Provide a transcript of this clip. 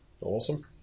Awesome